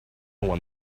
one